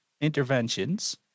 interventions